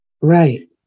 Right